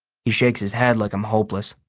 he shakes his head like i'm hopeless.